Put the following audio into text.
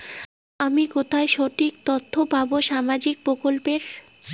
আমি কোথায় সঠিক তথ্য পাবো সামাজিক প্রকল্পের?